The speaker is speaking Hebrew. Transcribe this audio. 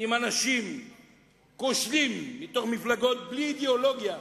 עם אנשים כושלים במפלגות בלי אידיאולוגיה,